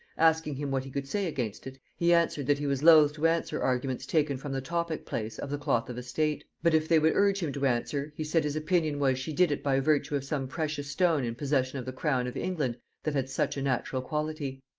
asking him what he could say against it, he answered, that he was loth to answer arguments taken from the topic-place of the cloth of estate but if they would urge him to answer, he said his opinion was, she did it by virtue of some precious stone in possession of the crown of england that had such a natural quality.